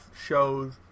shows